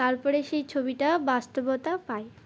তারপরে সেই ছবিটা বাস্তবতা পায়